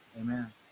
Amen